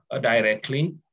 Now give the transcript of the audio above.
directly